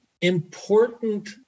important